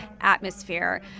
atmosphere